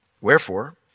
wherefore